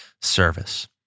service